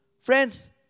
Friends